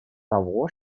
того